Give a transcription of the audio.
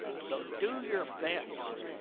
so do your best,